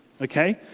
Okay